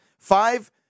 Five